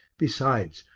besides,